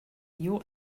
your